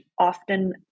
often